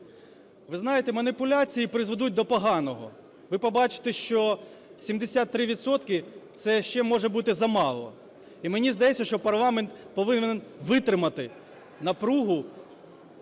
Ви знаєте, маніпуляції призведуть до поганого, ви побачите, що 73 відсотки – це ще може бути замало. І мені здається, що парламент повинен витримати напругу,